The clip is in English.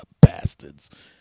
bastards